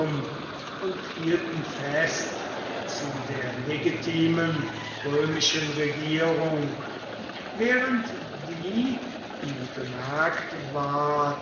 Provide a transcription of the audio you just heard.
und hielten fest zu der legitimen römischen regierung während die wie bemerkt ward